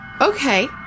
Okay